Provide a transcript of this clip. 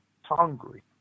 hungry